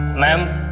ma'am.